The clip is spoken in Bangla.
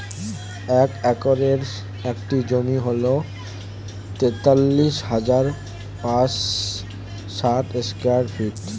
এক একরের একটি জমি হল তেতাল্লিশ হাজার পাঁচশ ষাট স্কয়ার ফিট